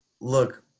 Look